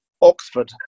Oxford